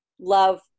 love